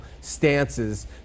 stances